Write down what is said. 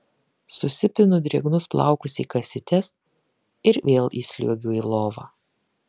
susipinu drėgnus plaukus į kasytes ir vėl įsliuogiu į lovą